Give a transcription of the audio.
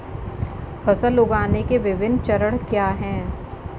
फसल उगाने के विभिन्न चरण क्या हैं?